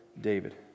David